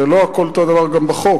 זה לא הכול אותו דבר גם בחוק,